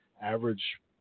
average